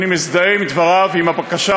אני מזדהה עם דבריו, עם הבקשה